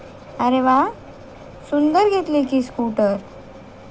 अरे वा सुंदर घेतली की स्कूटर